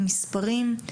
עם מספרים.